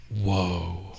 whoa